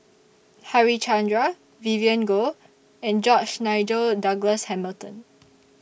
Harichandra Vivien Goh and George Nigel Douglas Hamilton